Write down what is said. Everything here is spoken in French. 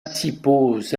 principaux